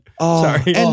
Sorry